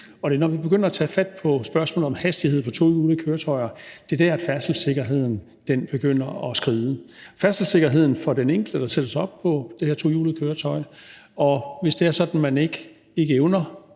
og når vi begynder at tage fat på spørgsmålet om hastighed på tohjulede køretøjer, sker der det, at færdselssikkerheden begynder at skride – færdselssikkerheden for den enkelte, der sætter sig op på det her tohjulede køretøj. Og hvis det er sådan, at man ikke evner